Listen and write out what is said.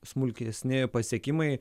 smulkesni pasiekimai